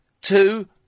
two